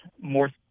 more